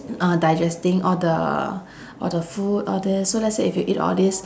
uh digesting all the all the food all these so let's say if you eat all these